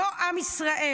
לא עם ישראל.